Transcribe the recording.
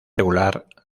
regular